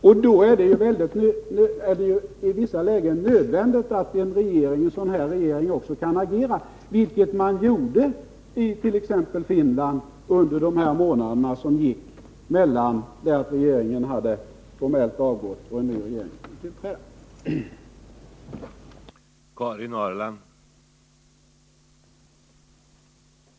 Och då är det ju i vissa lägen nödvändigt att en sådan regering också kan agera, vilket man t.ex. gjorde i Finland under de månader som gick mellan det att regeringen formellt avgick och det att en ny regering hade tillträtt.